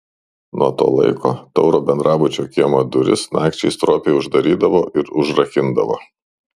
nuo to laiko tauro bendrabučio kiemo duris nakčiai stropiai uždarydavo ir užrakindavo